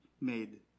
made